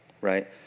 right